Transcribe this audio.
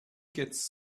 gets